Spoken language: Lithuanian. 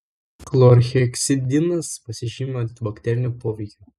chlorheksidinas pasižymi antibakteriniu poveikiu